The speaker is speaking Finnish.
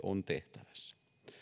on tehtävissä